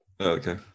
Okay